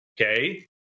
Okay